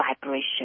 vibration